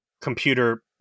computer